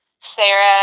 Sarah